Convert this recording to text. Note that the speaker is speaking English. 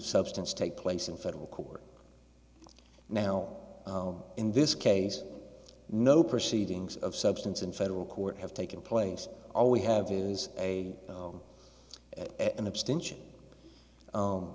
substance take place in federal court now oh in this case no proceedings of substance in federal court have taken place all we have is a